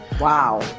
Wow